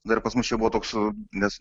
dar pas mus čia buvo toks nes